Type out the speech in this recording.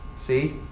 See